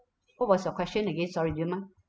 what was your question again sorry do you mind